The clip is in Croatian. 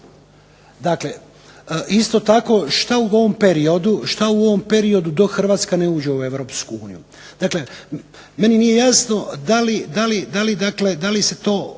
Dakle, isto tako šta u ovom periodu dok Hrvatska ne uđe u Europsku. Dakle, meni nije jasno da li, dakle